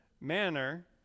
manner